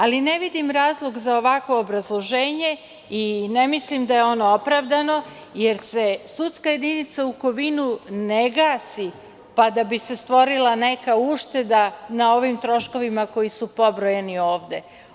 Ali, ne vidim razlog za ovakvo obrazloženje i ne mislim da je ono opravdano, jer se sudska jedinica u Kovinu ne gasi, pa da bi se stvorila neka ušteda na ovim troškovima koji su pobrojani ovde.